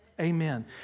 Amen